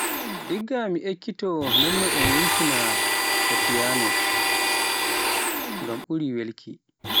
Igga mi ekkito nonno un wuykina e piyano, ngam ɓuri welki.